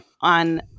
On